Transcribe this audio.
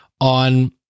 on